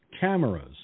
cameras